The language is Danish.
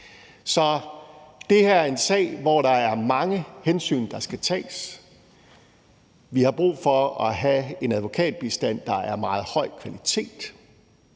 Så det her er en sag, hvor der er mange hensyn, der skal tages. Vi har brug for at have en advokatbistand, der er af meget høj kvalitet,